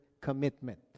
commitment